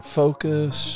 focus